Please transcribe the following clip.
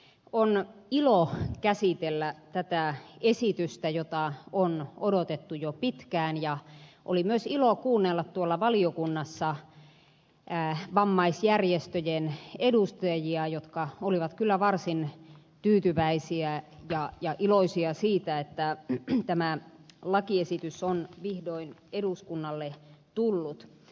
on ilo käsitellä tätä esitystä jota on odotettu jo pitkään ja oli myös ilo kuunnella tuolla valiokunnassa vammaisjärjestöjen edustajia jotka olivat kyllä varsin tyytyväisiä ja iloisia siitä että tämä lakiesitys on vihdoin eduskunnalle tullut